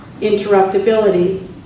Interruptibility